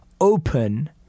open